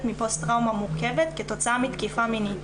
מפוסט טראומה מורכבת כתוצאה מתקיפה מינית,